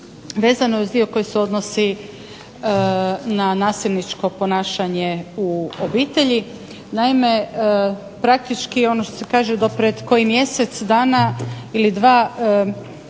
Vezano i uz dio koji se odnosi na nasilničko ponašanje u obitelji. Naime, praktički ono što se kaže do pred koji mjesec dana ili dva išlo